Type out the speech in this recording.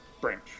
branch